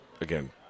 again